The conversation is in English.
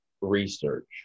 research